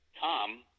Tom –